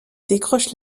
décroche